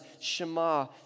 Shema